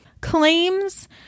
claims